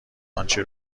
آنچه